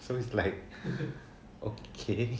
so it's like okay